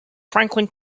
franklin